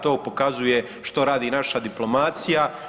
To pokazuje što radi naša diplomacija.